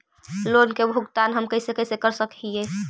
Loan के भुगतान हम कैसे कैसे कर सक हिय?